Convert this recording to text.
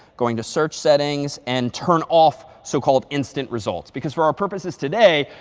going to search settings, and turn off so-called instant results. because for our purposes today,